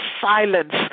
silence